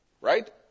right